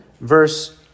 verse